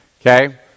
Okay